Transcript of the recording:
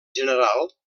general